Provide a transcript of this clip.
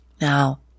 Now